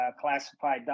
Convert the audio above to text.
classified